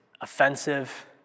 offensive